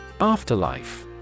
Afterlife